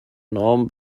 norm